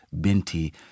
Binti